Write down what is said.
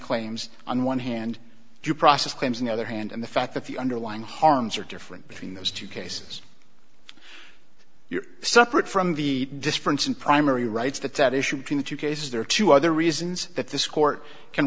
claims on one hand due process claims on the other hand and the fact that the underlying harms are different between those two cases you're separate from the difference in primary rights that that issue between the two cases there are two other reasons that this court can